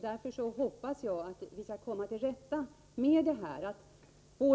Därför hoppas jag att vi skall komma till rätta med detta så att